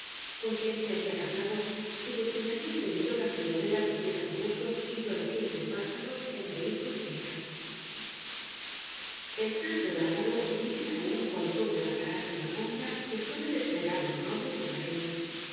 con quien se había casado y de quien había tenido la friolera de siete robustos y florecientes vástagos entre hi jos é hijas el tal don alvaro vivía aún con todo el aparato y la pompa que suelen desplegar los nobles